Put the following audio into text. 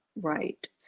right